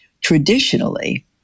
Traditionally